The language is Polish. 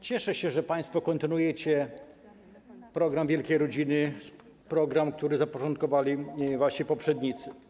Cieszę się, że państwo kontynuujecie program dotyczący wielkiej rodziny, program, który zapoczątkowali wasi poprzednicy.